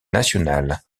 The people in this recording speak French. national